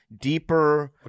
deeper